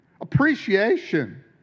Appreciation